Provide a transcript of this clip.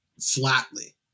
flatly